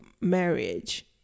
marriage